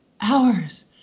hours